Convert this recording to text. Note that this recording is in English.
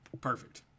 Perfect